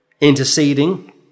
interceding